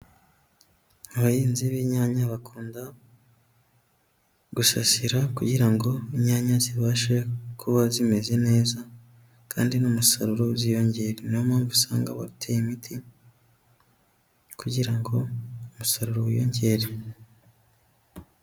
Abahinzi b'inyanya bakunda gusasira kugira ngo inyanya zibashe kuba zimeze neza kandi n'umusaruro uziyonge niyo mpamvu usanga batera imiti kugira ngo umusaruro wiyongere.